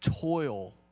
toil